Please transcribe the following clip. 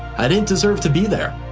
i didn't deserve to be there.